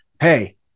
Hey